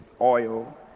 oil